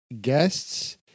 guests